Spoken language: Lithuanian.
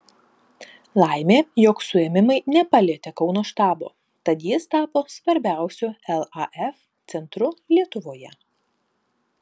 laimė jog suėmimai nepalietė kauno štabo tad jis tapo svarbiausiu laf centru lietuvoje